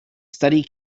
study